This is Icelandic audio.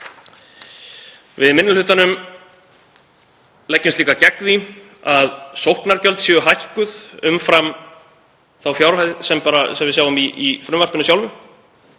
Við í minni hlutanum leggjumst líka gegn því að sóknargjöld séu hækkuð umfram þá fjárhæð sem við sjáum í frumvarpinu sjálfu.